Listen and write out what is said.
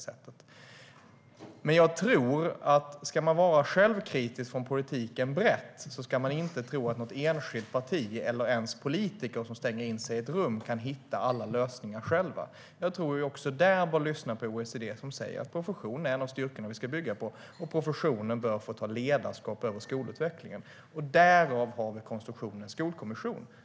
Om man ska vara självkritisk mot den breda politiken ska man inte tro att något enskilt parti eller ens politiker som stänger in sig i ett rum kan hitta alla lösningar själva. Också där måste vi lyssna på OECD, som säger att professionen är en av styrkorna vi ska bygga på och att professionen bör få ta ledarskap över skolutvecklingen. Därav har vi konstruktionen skolkommission.